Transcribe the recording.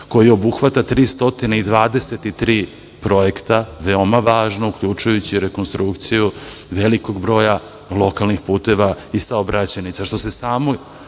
koji obuhvata 323 projekta, veoma važnih, uključujući rekonstrukciju velikog broja lokalnih puteva i saobraćajnica. Što se same